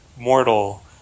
mortal